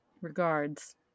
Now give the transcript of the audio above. Regards